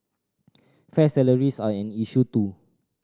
fair salaries are an issue too